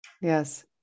Yes